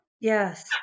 Yes